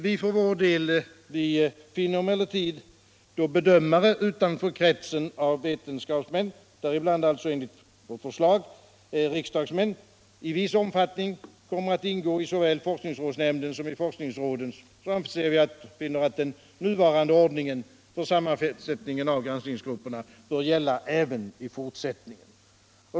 Vi för vår del anser emellertid — då bedömare av kretsen utanför vetenskapsmännen, däribland alltså enligt vårt förslag riksdagsmän, i viss mån kommer att ingå i såväl forskningsrådsnämnden som forskningsråden — att den nuvarande ordningen för sammansättning av granskningsgrupperna bör gälla även i fortsättningen.